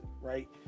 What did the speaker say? right